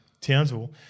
Townsville